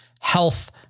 health